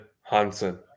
Hansen